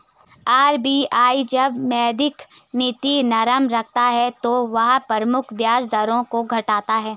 RBI जब मौद्रिक नीति नरम रखता है तो वह प्रमुख ब्याज दरों को घटाता है